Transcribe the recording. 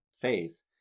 phase